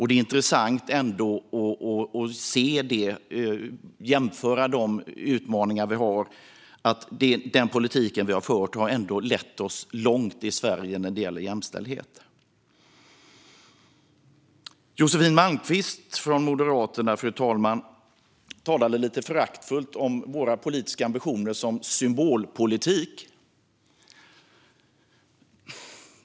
Det är intressant att jämföra de utmaningar vi har nu och se att den politik vi har fört ändå har lett oss i Sverige långt när det gäller jämställdhet. Josefin Malmqvist från Moderaterna, fru talman, talade lite föraktfullt om våra politiska ambitioner som symbolpolitik.